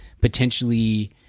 potentially